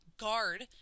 guard